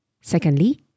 Secondly